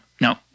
no